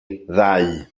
ddau